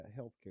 Healthcare